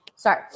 Sorry